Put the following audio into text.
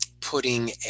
putting